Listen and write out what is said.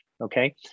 Okay